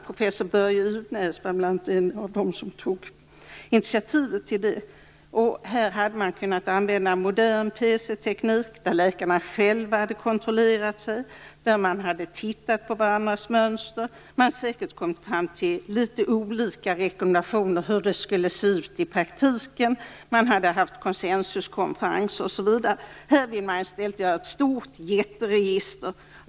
Professor Börje Uvnäs var en av dem som tog initiativet till dessa. Här hade man kunnat använda modern pc-teknik där läkarna hade kontrollerat sig själva, där de hade tittat på varandras mönster. De hade säkert kommit fram till litet olika rekommendationer om hur det skulle se ut i praktiken. De hade haft konsensuskonferenser osv. I stället vill man göra ett jätteregister.